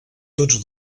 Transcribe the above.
tots